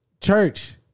church